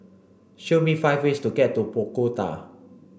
show me five ways to get to Bogota